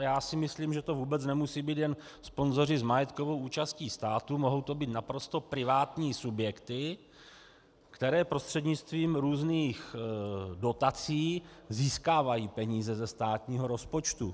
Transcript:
Já si myslím, že to vůbec nemusí být jen sponzoři s majetkovou účastí státu, mohou to být naprosto privátní subjekty, které prostřednictvím různých dotací získávají peníze ze státního rozpočtu.